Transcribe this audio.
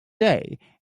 day